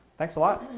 thanks a lot.